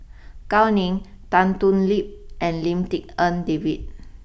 Gao Ning Tan Thoon Lip and Lim Tik En David